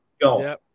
Go